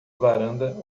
varanda